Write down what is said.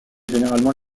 généralement